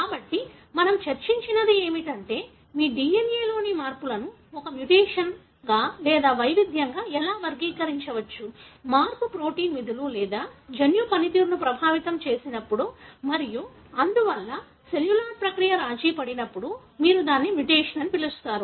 కాబట్టి మనము చర్చించినది ఏమిటంటే మీ DNA లో మార్పులను ఒక మ్యుటేషన్గా లేదా వైవిధ్యంగా ఎలా వర్గీకరించవచ్చు మార్పు ప్రోటీన్ విధులు లేదా జన్యు పనితీరును ప్రభావితం చేసినప్పుడు మరియు అందువల్ల సెల్యులార్ ప్రక్రియ రాజీపడినప్పుడు మీరు దానిని మ్యుటేషన్ అని పిలుస్తారు